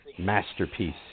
masterpiece